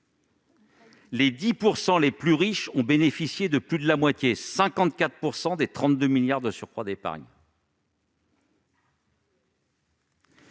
Les 10 % les plus riches en ont même bénéficié de plus de la moitié : 54 % des 32 milliards d'euros de surcroît d'épargne.